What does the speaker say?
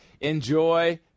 enjoy